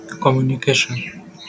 Communication